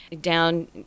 down